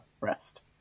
rest